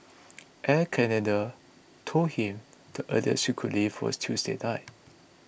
Air Canada told him the earliest he could leave was Tuesday night